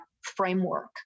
framework